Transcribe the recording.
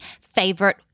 favorite